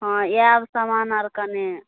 हँ आएब समान आर कनि